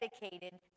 dedicated